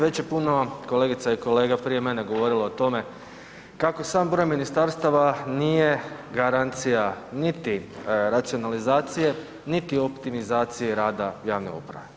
Već je puno kolegica i kolega prije mene govorilo o tome kako sam broj ministarstava nije garancija niti racionalizacije niti optimizacije rada javne uprave.